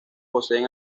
poseen